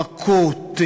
מכות,